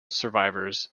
survivors